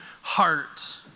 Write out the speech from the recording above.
heart